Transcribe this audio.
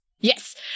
Yes